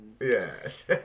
Yes